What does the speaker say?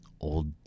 old